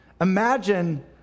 Imagine